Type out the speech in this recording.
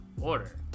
order